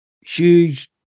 huge